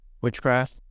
witchcraft